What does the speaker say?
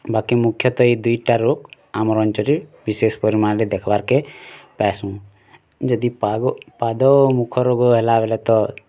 ବାକି ମୁଖ୍ୟତଃ ଏଇ ଦୁଇଟାରୁ ଆମର୍ ଅଞ୍ଚଲରେ ବିଶେଷ କରି ଦେଖ୍ବାର୍କେ ପାଇସୁଁ ଯଦି ପାଦ ମୁଖ ରୋଗ ହେଲା ବୋଲେ ତ